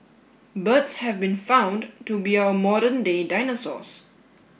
birds have been found to be our modern day dinosaurs